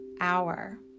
hour